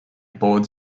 boards